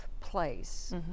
place